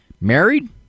Married